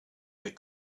that